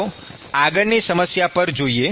ચાલો આગળની સમસ્યા પર જઈએ